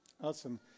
Awesome